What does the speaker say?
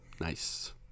nice